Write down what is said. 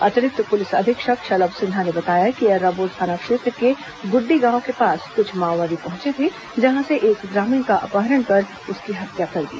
अतिरिक्त पुलिस अधीक्षक शलभ सिन्हा ने बताया कि एर्राबोर थाना क्षेत्र के गुड्डी गांव के पास कुछ माओवादी पहुंचे थे जहां से एक ग्रामीण का अपहरण कर उसकी हत्या कर दी